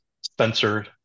spencer